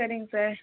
சரிங்க சார்